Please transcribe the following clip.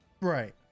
Right